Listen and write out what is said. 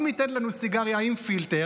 אם ייתן לנו סיגריה עם פילטר,